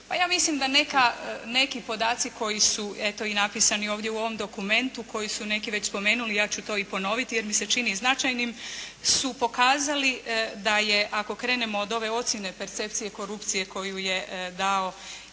ja mislim da neki podaci koji su eto i napisani ovdje u ovom dokumentu koji su neki već spomenuli, ja ću to i ponoviti, jer mi se čini značajnim, su pokazali da je ako krenemo od ove ocjene percepcije korupcije koju je dao